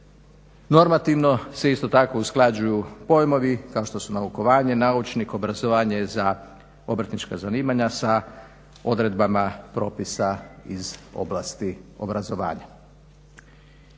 Normativno se isto tako usklađuju pojmovi kao što su naukovanje, naučnik, obrazovanje za obrtnička zanimanja sa odredbama propisa iz oblasti obrazovanja.